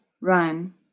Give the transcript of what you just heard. Run